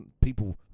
People